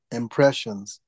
impressions